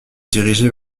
diriger